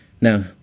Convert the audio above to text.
Now